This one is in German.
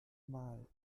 mal